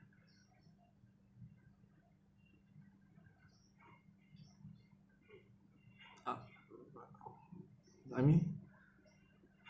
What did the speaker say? uh I mean